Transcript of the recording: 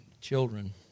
children